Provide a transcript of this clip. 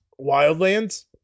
Wildlands